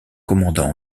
commandant